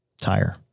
tire